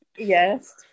Yes